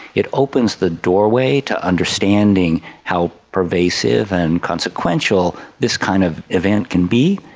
it opens the doorway to understanding how pervasive and consequential this kind of event can be,